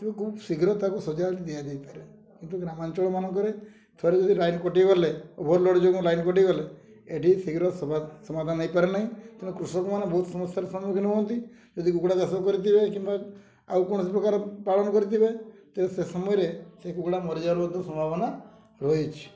ତେବେ ଖୁବ ଶୀଘ୍ର ତାକୁ ସଜାଡ଼ି ଦିଆଯାଇପାରେ କିନ୍ତୁ ଗ୍ରାମାଞ୍ଚଳ ମାନଙ୍କରେ ଥରେ ଯଦି ଲାଇନ୍ କଟିଗଲେ ଓଭର୍ ଲୋଡ଼୍ ଯୋଗୁଁ ଲାଇନ୍ କଟିଗଲେ ଏଠି ଶୀଘ୍ର ସମାଧାନ ହେଇପାରେ ନାହିଁ ତେଣୁ କୃଷକମାନେ ବହୁତ ସମସ୍ୟାର ସମ୍ମୁଖୀନ ହୁଅନ୍ତି ଯଦି କୁକୁଡ଼ା ଚାଷ କରିଥିବେ କିମ୍ବା ଆଉ କୌଣସି ପ୍ରକାର ପାଳନ କରିଥିବେ ତେଣୁ ସେ ସମୟରେ ସେ କୁକୁଡ଼ା ମରିଯିବାର ମଧ୍ୟ ସମ୍ଭାବନା ରହିଅଛି